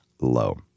low